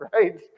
right